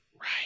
Right